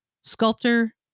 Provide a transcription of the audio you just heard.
sculptor